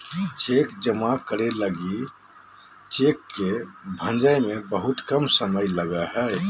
cheque जमा करे लगी लगी चेक के भंजे में बहुत कम समय लगो हइ